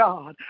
God